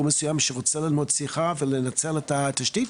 מסוים שרוצה ללמוד צניחה ולנצל את התשתית.